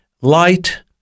light